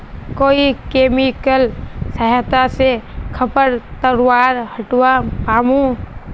कोइ केमिकलेर सहायता से खरपतवार हटावा पामु